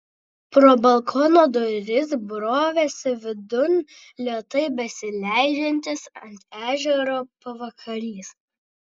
pro balkono duris brovėsi vidun lėtai besileidžiantis ant ežero pavakarys